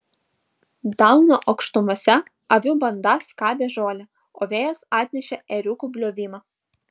dauno aukštumose avių banda skabė žolę o vėjas atnešė ėriukų bliovimą